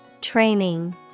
Training